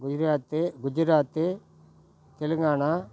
Gujarat Gujarat Telangana